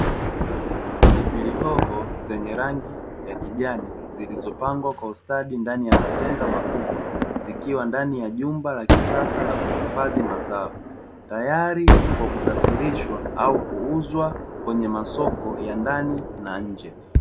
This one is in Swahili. Pilipili hoho zenye rangi ya kijani zilizopangwa kwa ustadi ndani ya matenga makubwa, zikiwa ndani ya jumba la kisasa la kuhifadhi mazao tayari kwa kusafirishwa au kuuzwa kwenye masoko ya ndani na nje.